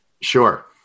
Sure